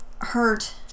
hurt